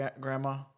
grandma